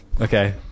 Okay